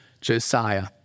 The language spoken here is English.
Josiah